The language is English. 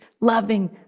loving